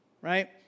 right